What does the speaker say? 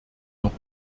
noch